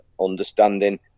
understanding